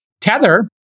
Tether